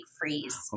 Freeze